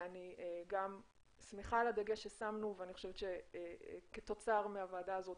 אני שמחה על הדגש ששמנו ואני חושבת שכתוצר מהוועדה הזאת